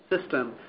system